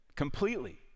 completely